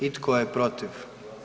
I tko je protiv?